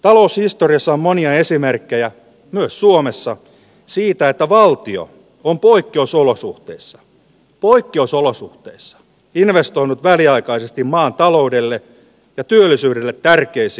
taloushistoriassa monia esimerkkejä myös suomessa siitä että valtio on poikkeusolosuhteissa poikkeusolosuhteissa viraston väliaikaisesti maataloudelle ja teollisuudelle tärkeissä